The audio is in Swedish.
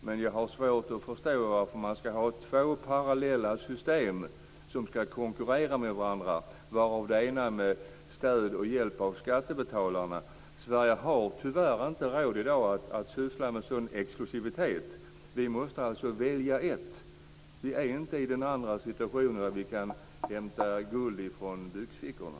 Men jag har svårt att förstå varför man skall ha två parallella system som skall konkurrera med varandra, varav det ena med stöd och hjälp av skattebetalarna. Sverige har i dag tyvärr inte råd att syssla med en sådan exklusivitet, utan vi måste välja ett. Vi är inte i den andra situationen att vi kan hämta guld från byxfickorna.